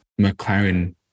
McLaren